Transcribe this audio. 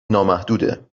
نامحدوده